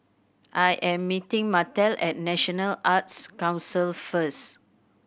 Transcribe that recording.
I am meeting Martell at National Arts Council first